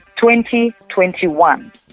2021